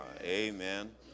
Amen